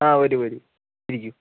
ആ വരൂ വരൂ ഇരിക്കൂ